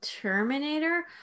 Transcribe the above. Terminator